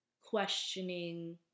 questioning